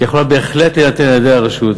היא יכולה בהחלט להינתן על-ידי הרשות,